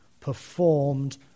performed